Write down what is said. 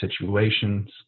situations